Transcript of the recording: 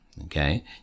Okay